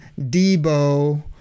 Debo